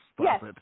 Yes